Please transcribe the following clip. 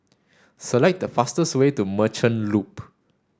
select the fastest way to Merchant Loop